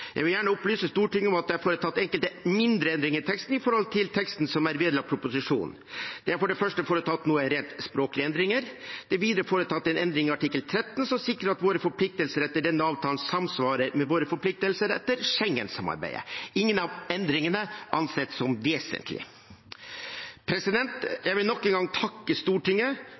Jeg vil gjerne opplyse Stortinget om at det er foretatt enkelte mindre endringer i teksten i forhold til teksten som er vedlagt proposisjonen. Det er for det første foretatt noen rent språklige endringer. Det er videre foretatt en endring i artikkel 13, som sikrer at våre forpliktelser etter denne avtalen samsvarer med våre forpliktelser etter Schengen-samarbeidet. Ingen av endringene er ansett som vesentlige. Jeg vil nok en gang takke Stortinget